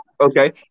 okay